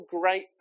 great